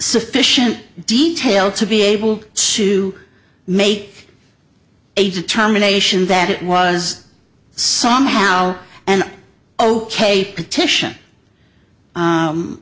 sufficient detail to be able to make a determination that it was somehow and ok